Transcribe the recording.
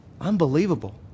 Unbelievable